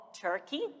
Turkey